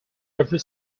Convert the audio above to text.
every